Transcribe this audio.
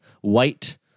white